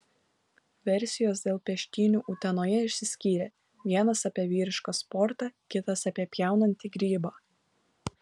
versijos dėl peštynių utenoje išsiskyrė vienas apie vyrišką sportą kitas apie pjaunantį grybą